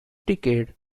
decade